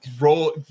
roll